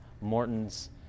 Morton's